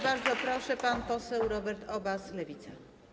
Bardzo proszę, pan poseł Robert Obaz, Lewica.